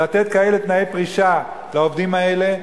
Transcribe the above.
לתת כאלה תנאי פרישה לעובדים האלה.